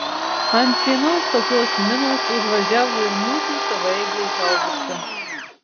ant vienos tokios minos užvažiavo ir mūsų savaeigė haubica